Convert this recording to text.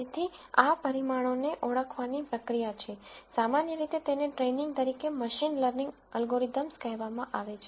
તેથી આ પરિમાણોને ઓળખવાની પ્રક્રિયા છે સામાન્ય રીતે તેને ટ્રેઈનીંગ તરીકે મશીન લર્નિંગ એલ્ગોરિધમ્સ કહેવામાં આવે છે